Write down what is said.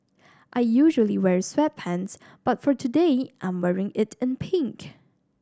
I usually wear sweatpants but for today I'm wearing it in pink